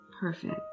Perfect